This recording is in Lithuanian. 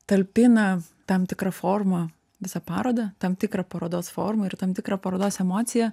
talpina tam tikrą formą visą parodą tam tikrą parodos formą ir tam tikrą parodos emociją